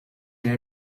est